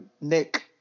Nick